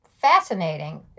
fascinating